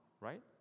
right